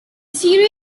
series